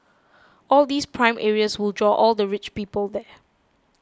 all these prime areas will draw all the rich people there